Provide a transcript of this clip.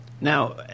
now